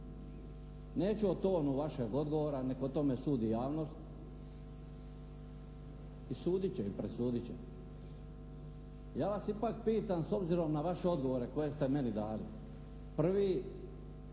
Neću o tonu vašeg odgovora, neka o tome sudi javnost i sudit će i presudit će. Ja vas ipak pitam s obzirom na vaše odgovore koje ste meni dali. Prvi,